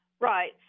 Right